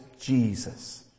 Jesus